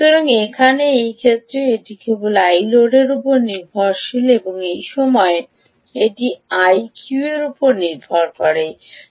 সুতরাং এখানে এই ক্ষেত্রে এটি কেবল iload উপর নির্ভরশীল এবং এই সময়ে এটি আইকিউর উপর নির্ভর করবে